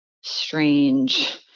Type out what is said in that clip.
strange